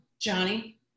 Johnny